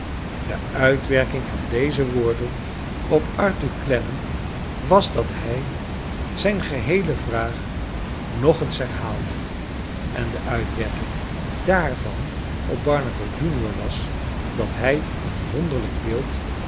de uitwerking van deze woorden op arthur clennam was dat hij zijn geheele vraag nog eens herhaalde en de uitwerking daarvan op barnacle junior was dat hij een wonderlijk beeld